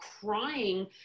Crying